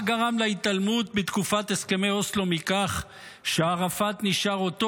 מה גרם להתעלמות בתקופת הסכמי אוסלו מכך שערפאת נשאר אותו